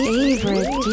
Favorite